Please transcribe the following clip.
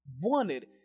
wanted